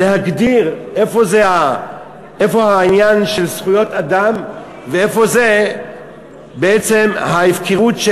להגדיר איפה העניין של זכויות אדם ואיפה זו בעצם ההפקרות,